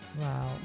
Wow